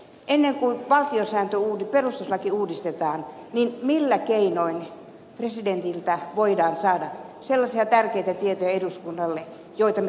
ennen kuin perustuslaki uudistetaan niin millä keinoin presidentiltä voidaan saada sellaisia tärkeitä tietoja eduskunnalle joita me tarvitsemme